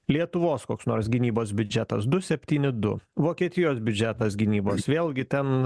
lietuvos koks nors gynybos biudžetas du septyni du vokietijos biudžetas gynybos vėlgi ten